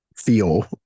Feel